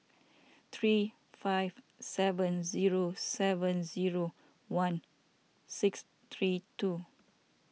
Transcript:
three five seven zero seven zero one six three two